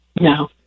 No